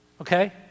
okay